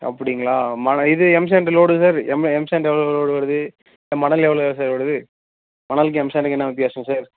அப்படிங்களா மண இது M sand load sir M M sand எவ்வளோ லோடு வருது மணல் எவ்வளோ சார் வருது மணலுக்கும் எம்சாண்டுக்கும் என்ன வித்தியாசம் சார்